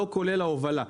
לא כולל ההובלה.